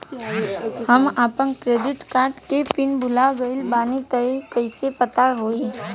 हम आपन credit card के पिन भुला गइल बानी त कइसे प्राप्त होई?